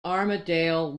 armadale